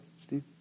Steve